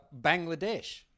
Bangladesh